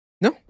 No